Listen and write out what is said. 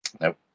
Nope